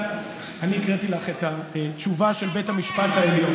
אני הקראתי לך את התשובה של בית המשפט העליון.